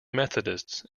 methodists